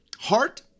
heart